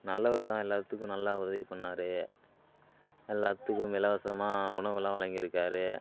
நல்லவர் தான் எல்லாத்துக்கும் நல்லா உதவி பண்ணாரு எல்லாத்துக்கும் இலவசமாக உணவு எல்லாம் வழங்கி இருக்கார்